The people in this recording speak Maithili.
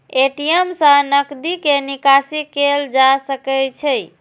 ए.टी.एम सं नकदी के निकासी कैल जा सकै छै